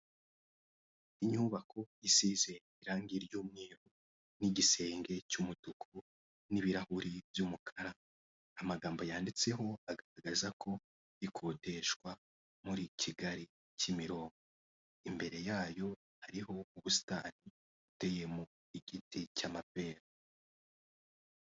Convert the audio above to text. Inyubako isize irangi ry'umweru n'igisenge cy'umutuku n'ibirahure by'umukara amagambo yanditseho agaragaza ko ikodeshwa muri Kigali Kimironko, imbere yayo hariho ubusitani buteye mu igiti cy'amapera.